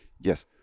yes